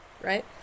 right